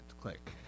Click